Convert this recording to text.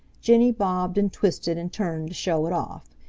jenny bobbed and twisted and turned to show it off.